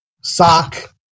Sock